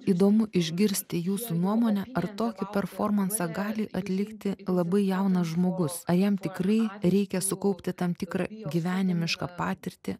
įdomu išgirsti jūsų nuomonę ar tokį performansą gali atlikti labai jaunas žmogus ar jam tikrai reikia sukaupti tam tikrą gyvenimišką patirtį